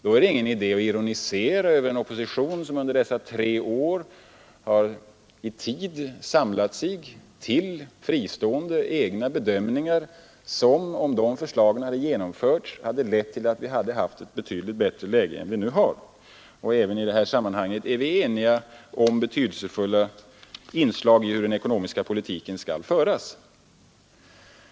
Då är det ingen idé att ironisera över en opposition som under alla dessa tre år i tid har samlat sig till egna fristående bedömningar som, om förslagen genomförts, hade lett till att vi haft ett betydligt bättre läge än vi nu har. Och även i detta sammanhang är vi nu eniga om hur betydelsefulla inslag i den ekonomiska politiken skall föras.